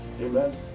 Amen